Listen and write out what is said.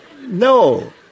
No